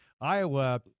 Iowa